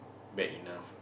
bad enough